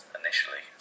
initially